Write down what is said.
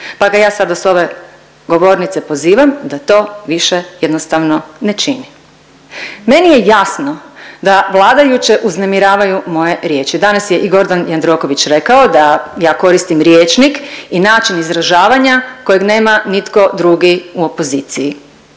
Pa ga ja sada sa ove govornice pozivam da to više jednostavno ne čini. Meni je jasno da vladajuće uznemiravaju moje riječi. Danas je i Gordan Jandroković rekao da ja koristim rječnik i način izražavanja kojeg nema nitko drugi u opoziciji.